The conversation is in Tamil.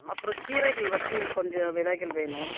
அப்புறம் கீரைகள் வச்சு கொஞ்சம் விதைகள் வேணும்